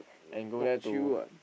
and go there to